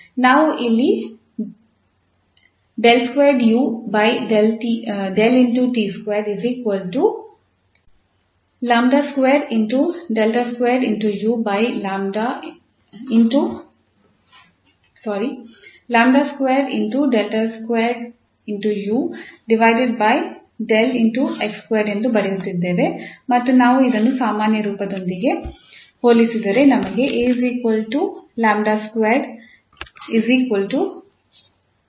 ನಾವು ಇಲ್ಲಿ ಎಂದು ಬರೆಯುತ್ತಿದ್ದೇವೆ ಮತ್ತು ನಾವು ಇದನ್ನು ಸಾಮಾನ್ಯ ರೂಪದೊಂದಿಗೆ ಹೋಲಿಸಿದರೆ ನಮಗೆ 𝐴 𝜆2 𝐵 0 ಮತ್ತು 𝐶 −1 ಸಿಗುತ್ತದೆ